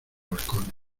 balcones